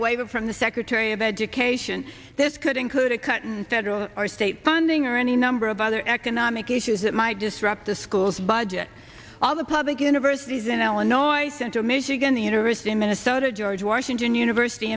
waiver from the secretary of education this could include a cut and federal or state funding or any number of other economic issues that might disrupt the schools budget all the public universities in illinois central michigan the university of minnesota george washington university